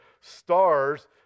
stars